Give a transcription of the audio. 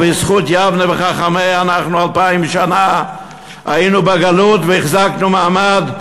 ובזכות יבנה וחכמיה אלפיים שנה היינו בגלות והחזקנו מעמד,